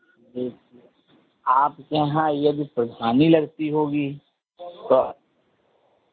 आपके यहाँ यदि प्रधानी लगती होगी तो